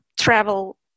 travel